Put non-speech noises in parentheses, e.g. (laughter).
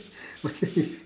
(laughs) it's